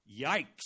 Yikes